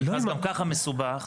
המפלס גם ככה מסובך.